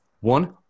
one